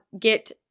Get